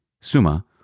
summa